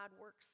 works